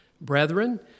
brethren